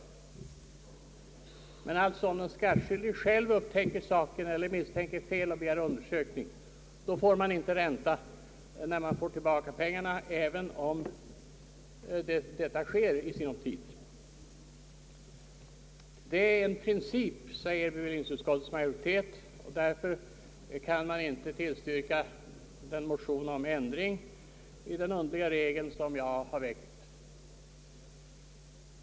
Om däremot den skattskyldige själv upptäcker saken eller misstänker fel och begär undersökning, får han inte ränta när återbetalning i sinom tid sker. Detta är en princip, säger bevillningsutskottets majoritet, och därför kan den inte tillstyrka den motion som jag har väckt om ändring i den underliga regeln.